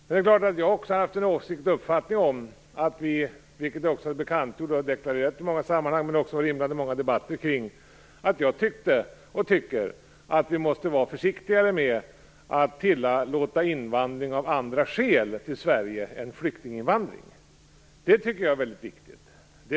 Det är klart att jag också har haft och har åsikten, vilket jag som bekant har deklarerat i många sammanhang, att vi måste vara försiktigare med att tillåta invandring till Sverige av andra skäl än flyktinginvandring. Det är väldigt viktigt.